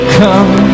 come